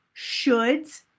shoulds